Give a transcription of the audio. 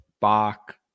Bach